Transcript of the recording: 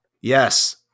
Yes